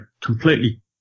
completely